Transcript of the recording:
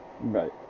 right